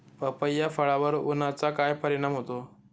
पपई या फळावर उन्हाचा काय परिणाम होतो?